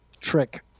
trick